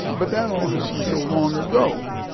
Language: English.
but that all happened so long ago.